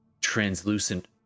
translucent